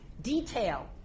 Detail